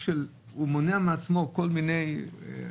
אם הוא יתחיל עם מישהו ויעזוב אותו,